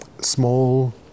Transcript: small